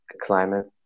climate